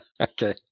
Okay